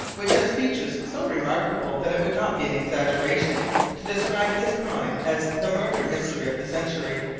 which has features so remarkable, that it would not be an exaggeration to describe this crime as the murder mystery of the century.